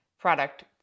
product